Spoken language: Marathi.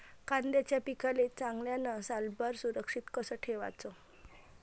कांद्याच्या पिकाले चांगल्यानं सालभर सुरक्षित कस ठेवाचं?